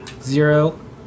Zero